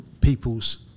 people's